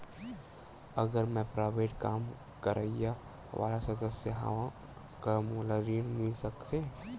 अगर मैं प्राइवेट काम करइया वाला सदस्य हावव का मोला ऋण मिल सकथे?